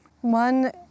One